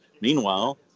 Meanwhile